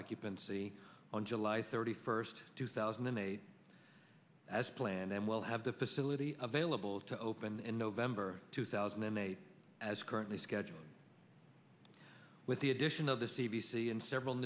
occupancy on july thirty first two thousand and eight as planned then we'll have the facility available to open in november two thousand and eight as currently scheduled with the addition of the c b c and several